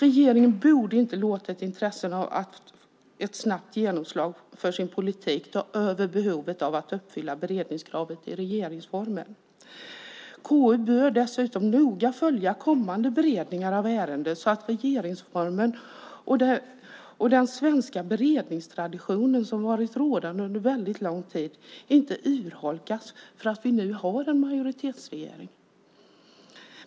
Regeringen borde inte ha låtit intresset av att få snabbt genomslag för sin politik gå ut över behovet att uppfylla beredningskravet i regeringsformen. KU bör dessutom noga följa kommande beredningar av ärenden så att regeringsformen och den svenska beredningstradition som varit rådande under väldigt lång tid inte urholkas för att vi nu har en majoritetsregering.